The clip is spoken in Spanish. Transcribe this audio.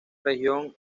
región